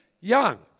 young